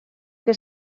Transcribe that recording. que